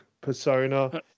persona